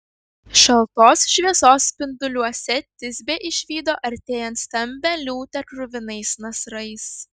šaltos šviesos spinduliuose tisbė išvydo artėjant stambią liūtę kruvinais nasrais